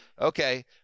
Okay